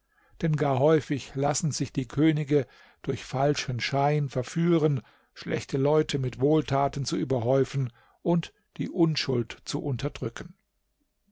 denn gar häufig lassen sich die könige durch falschen schein verführen schlechte leute mit wohltaten zu überhäufen und die unschuld zu unterdrücken